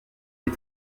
les